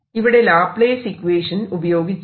ഇവിടെ Laplace equation പ്രയോഗിച്ചു